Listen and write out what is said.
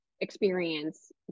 experience